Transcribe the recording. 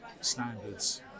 standards